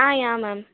ya ma'am